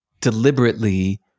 deliberately